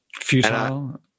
futile